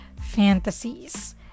fantasies